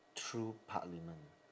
through parliament